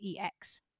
EX